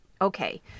Okay